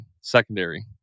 secondary